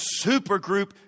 supergroup